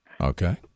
Okay